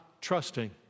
trusting